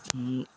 সেই